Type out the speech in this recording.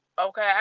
okay